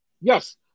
Yes